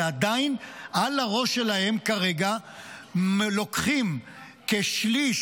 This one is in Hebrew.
ועדיין על הראש שלהם כרגע לוקחים כשליש,